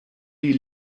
die